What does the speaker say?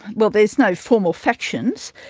well, there is no formal factions,